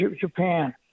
Japan